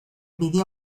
video